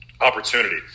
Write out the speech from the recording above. opportunity